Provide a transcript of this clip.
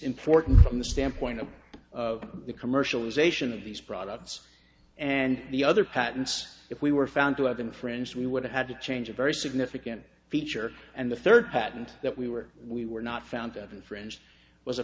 important from the standpoint of the commercialization of these products and the other patents if we were found to have been friends we would have had to change a very significant feature and the third patent that we were we were not found that infringed was a